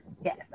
Yes